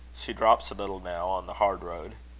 she drops a little now, on the hard road.